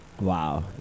Wow